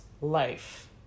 life